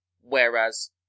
Whereas